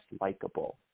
likable